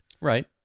Right